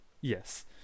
yes